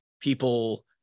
People